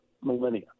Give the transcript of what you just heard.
millennia